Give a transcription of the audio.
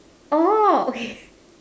orh okay